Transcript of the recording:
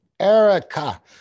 Erica